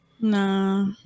No